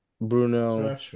Bruno